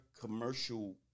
commercial